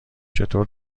چطور